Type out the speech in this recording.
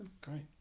great